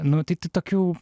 nu tai tai tokių